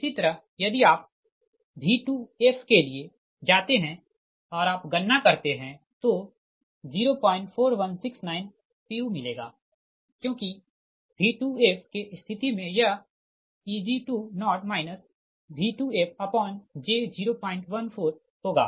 इसी तरह यदि आप V2f के लिए जाते है और आप गणना करते हैं तो 04169 pu मिलेगा क्योंकि V2f के स्थिति में यह Eg20 V2f j014होगा